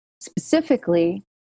specifically